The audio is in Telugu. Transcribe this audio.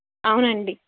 అవును అండి